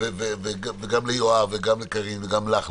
וגם ליואב וגם לקארין וגם לך,